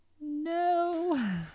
No